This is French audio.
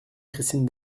christine